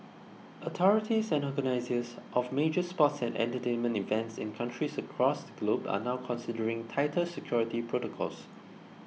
authorities and organisers of major sports and entertainment events in countries across the globe are now considering tighter security protocols